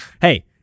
Hey